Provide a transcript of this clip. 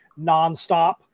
nonstop